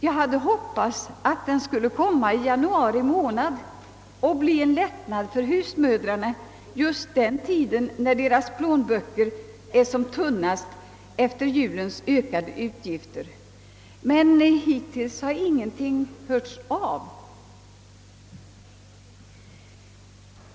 Jag hade hoppats att den skulle komma i januari månad och innebära en lättnad för husmödrarna just vid den tid, när deras plånböcker är som tunnast efter julens ökade utgifter. Men hittills har ingenting härom hörts.